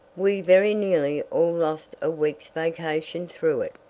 we very nearly all lost a week's vacation through it,